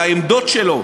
לעמדות שלו,